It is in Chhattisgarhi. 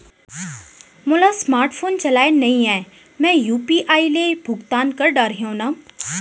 मोला स्मार्ट फोन चलाए नई आए मैं यू.पी.आई ले भुगतान कर डरिहंव न?